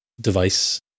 device